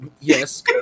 yes